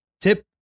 tip